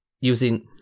using